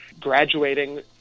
graduating